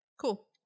Cool